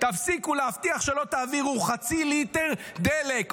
תפסיקו להבטיח שלא תעבירו חצי ליטר דלק,